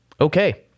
Okay